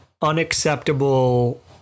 unacceptable